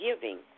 giving